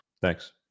Thanks